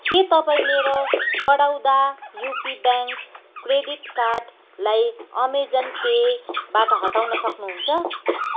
के तपाईँ मेरो बडौदा युपी ब्याङ्क क्रेडिट कार्डलाई अमेजन पेबाट हटाउन सक्नुहुन्छ